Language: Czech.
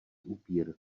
upír